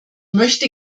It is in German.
möchte